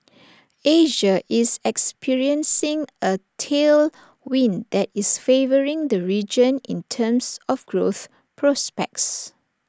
Asia is experiencing A tailwind that is favouring the region in terms of growth prospects